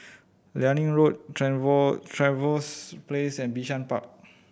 Liane Road Trevose Place and Bishan Park